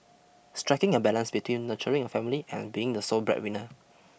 striking a balance between nurturing a family and being the sole breadwinner